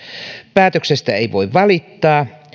päätöksestä ei voi valittaa